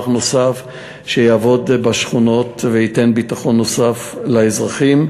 נוסף שיעבוד בשכונות וייתן ביטחון לאזרחים,